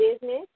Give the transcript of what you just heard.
business